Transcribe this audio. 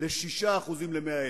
ל-6% ל-100,000.